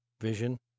vision